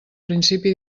principi